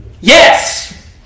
Yes